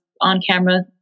on-camera